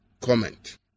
comment